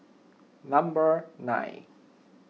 number nine